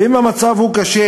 ואם המצב קשה